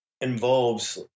involves